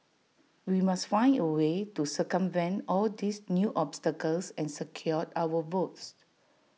we must find A way to circumvent all these new obstacles and secure our votes